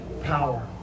power